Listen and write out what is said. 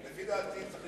לפי דעתי צריך,